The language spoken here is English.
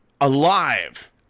alive